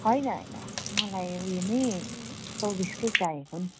होइन होइन मलाई उयो नै चौबिसकै चाहिएको नि